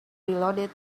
reloaded